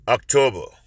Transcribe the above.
October